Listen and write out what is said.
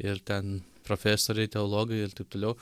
ir ten profesoriai teologai ir taip toliau